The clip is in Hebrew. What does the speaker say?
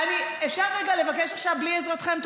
אפשר רגע לבקש עכשיו בלי עזרתכם?